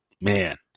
man